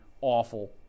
awful